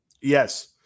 Yes